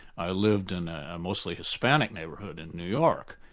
i lived in a mostly hispanic neighbourhood in new york,